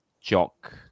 Jock